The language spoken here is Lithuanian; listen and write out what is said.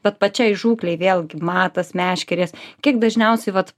bet pačiai žūklei vėlgi matas meškerės kiek dažniausiai vat